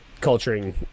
culturing